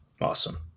Awesome